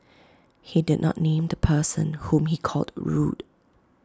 he did not name the person whom he called rude